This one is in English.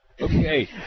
Okay